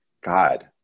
God